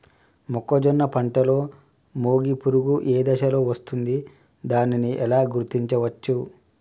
మొక్కజొన్న పంటలో మొగి పురుగు ఏ దశలో వస్తుంది? దానిని ఎలా గుర్తించవచ్చు?